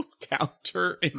counter